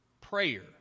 prayer